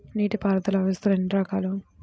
నీటిపారుదల వ్యవస్థలు ఎన్ని రకాలు?